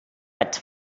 its